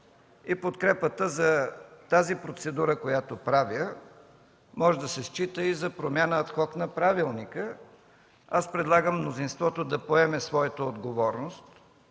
Подкрепата за процедурата, която правя, може да се счита и за промяна ад-хок на правилника. Предлагам мнозинството да поеме своята отговорност